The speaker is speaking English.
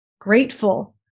grateful